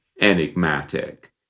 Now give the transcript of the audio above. enigmatic